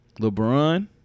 LeBron